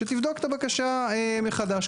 שתבדוק את הבקשה מחדש.